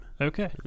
Okay